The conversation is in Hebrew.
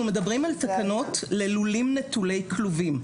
אנחנו מדברים על תקנות ללולים נטולי כלובים.